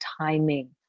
timing